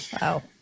wow